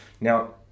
Now